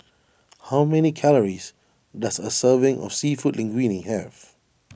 how many calories does a serving of Seafood Linguine have